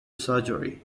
surgery